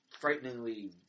frighteningly